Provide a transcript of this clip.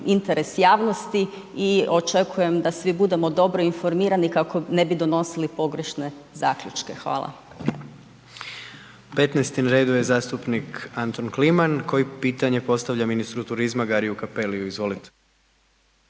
interes javnosti i očekujem da svi budemo dobro informirani kako ne bi donosili pogrešne zaključke. Hvala. **Jandroković, Gordan (HDZ)** 15-ti na redu je zastupnik Antun Kliman, koji pitanje postavlja ministru turizma Gariu Cappeliu. Izvolite.